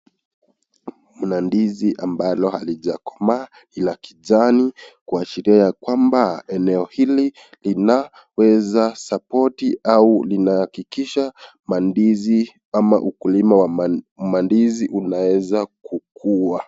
Kuna ndizi ambalo halijakomaa la kijani kuashiria ya kwamba eneo hili linaweza support au linahakikisha mandizi ama ukilima wa mandizi unaweza kukuwa.